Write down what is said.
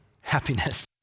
happiness